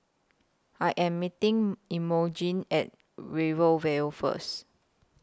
I Am meeting Imogene At Rivervale First